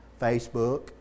facebook